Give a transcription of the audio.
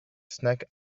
snack